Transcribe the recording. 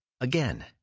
Again